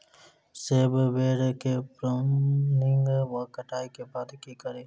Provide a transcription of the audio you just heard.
सेब बेर केँ प्रूनिंग वा कटाई केँ बाद की करि?